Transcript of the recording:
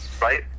right